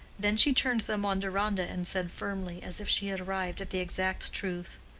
then she turned them on deronda and said firmly, as if she had arrived at the exact truth,